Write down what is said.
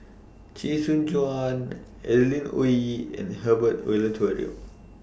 Chee Soon Juan Adeline Ooi and Herbert Eleuterio